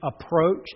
approach